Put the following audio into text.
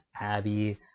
abby